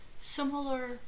Similar